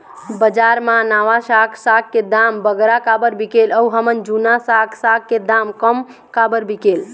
बजार मा नावा साग साग के दाम बगरा काबर बिकेल अऊ हमर जूना साग साग के दाम कम काबर बिकेल?